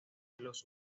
los